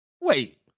Wait